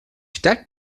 stadt